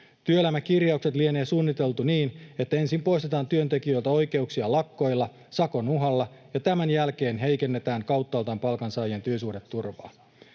Työelämäkirjaukset lienee suunniteltu niin, että ensin poistetaan työntekijöiltä oikeuksia lakkoilla sakon uhalla ja tämän jälkeen heikennetään kauttaaltaan palkansaajien työsuhdeturvaa.